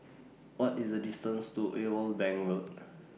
What IS The distance to Irwell Bank Road